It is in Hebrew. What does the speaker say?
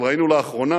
אבל ראינו לאחרונה